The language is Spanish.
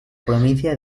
provincia